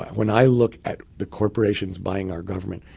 when i look at the corporations buying our government,